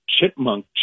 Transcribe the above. chipmunk